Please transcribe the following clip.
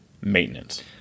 maintenance